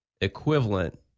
equivalent